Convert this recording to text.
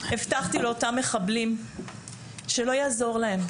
הבטחתי לאותם מחבלים שלא יעזור להם,